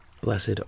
Blessed